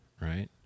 Right